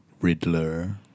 Riddler